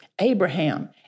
Abraham